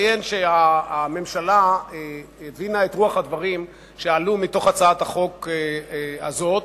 הממשלה הבינה את רוח הדברים שעלו מהצעת החוק הזאת,